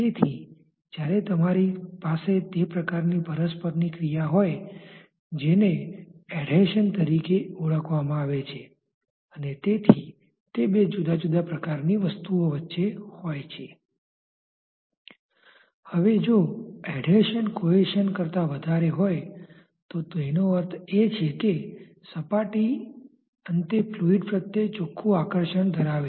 તેથી ત્યાં દિવાલની નજીક એક પાતળુ સ્તર છે જ્યાં પ્લેટની આ અસર નિષ્ફળ થાય છે અને વેલોસિટી ગ્રેડીયન્ટ વેગ પ્રોફાઇલ velocity gradient બને છે